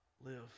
live